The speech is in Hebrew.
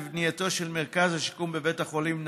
לבנייתו של מרכז לשיקום בבית החולים פוריה.